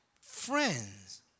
friends